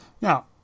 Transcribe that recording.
Now